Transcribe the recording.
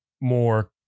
more